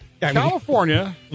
California